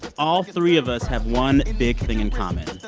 all three of us have one big thing in common.